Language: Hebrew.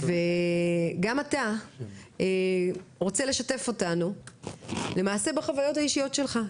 גם אתה רוצה לשתף אותנו למעשה בחוויות האישיות שלך,